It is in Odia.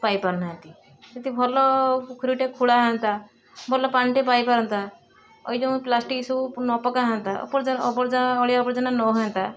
ପାଇ ପାରୁ ନାହାଁନ୍ତି ଯଦି ଭଲ ପୋଖରୀ ଟେ ଖୋଳା ହଅନ୍ତା ଭଲ ପାଣି ଟେ ପାଇ ପାରନ୍ତା ଏଇ ଯେଉଁ ପ୍ଲାଷ୍ଟିକ ସବୁ ନ ପକା ହଅନ୍ତା ଅପର୍ଜା ଅବର୍ଜା ଅଳିଆ ଆବର୍ଜନା ନ ହୁଅନ୍ତା